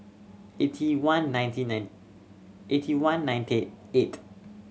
eighty one ninety nine eighty one ninety eight